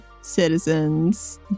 citizens